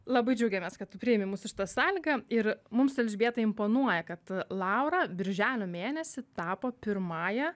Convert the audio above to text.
labai džiaugiamės kad tu priimi mūsų šitą sąlygą ir mums su elžbieta imponuoja kad laura birželio mėnesį tapo pirmąja